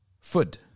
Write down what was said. food